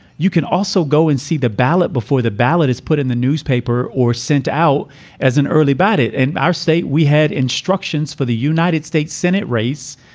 you can also go and see the ballot before the ballot is put in the newspaper or sent out as an early ballot in our state. we had instruction. for the united states senate race